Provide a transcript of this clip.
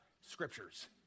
scriptures